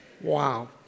Wow